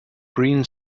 green